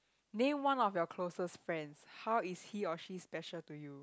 name one of your closest friends how is he or she special to you